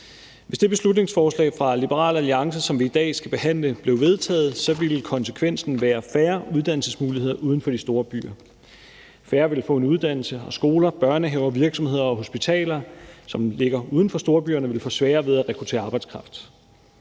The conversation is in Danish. Hvis det beslutningsforslag fra Liberal Alliance, som vi skal behandle i dag, blev vedtaget, ville konsekvensen være færre uddannelsesmuligheder uden for de store byer. Færre ville få en uddannelse, og skoler, børnehaver, virksomheder og hospitaler, som ligger uden for storbyerne, ville få sværere ved at rekruttere arbejdskraft.